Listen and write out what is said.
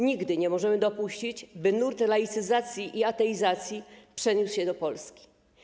Nigdy nie możemy dopuścić, by nurt laicyzacji i ateizacji przeniósł się do Polski.